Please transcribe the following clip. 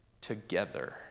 together